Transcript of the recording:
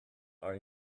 are